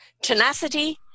tenacity